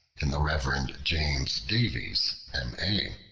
in the reverend james davies, m a,